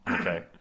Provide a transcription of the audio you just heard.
Okay